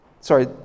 sorry